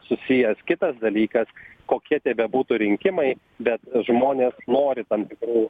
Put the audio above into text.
susijęs kitas dalykas kokie tie bebūtų rinkimai bet žmonės nori tam tikrų